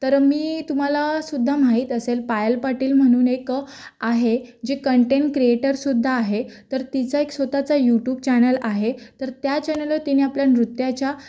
तर मी तुम्हालासुद्धा माहीत असेल पायल पाटील म्हणून एक आहे जी कंटेन क्रिएटरसुद्धा आहे तर तिचा एक स्वतःचा यूटूब चॅनल आहे तर त्या चॅनलवर तिने आपल्या नृत्याच्या